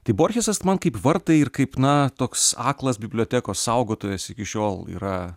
tai borchesas man kaip vartai ir kaip na toks aklas bibliotekos saugotojas iki šiol yra